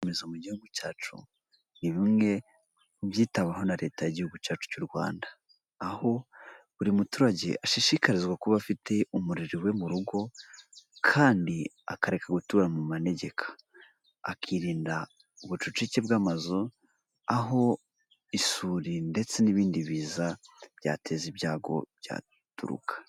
Ibikorwaremezo mu gihugu cyacu, ni bimwe byitaweho na leta y'igihugu cyacu cy'u Rwanda, aho buri muturage ashishikarizwa kuba afite umuriro iwe mu rugo, kandi akareka gutura mu manegeka, akirinda ubucucike bw'amazu aho isuri ndetse n'ibindi biza byateza ibyago byaturuka.